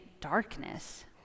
darkness